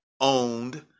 owned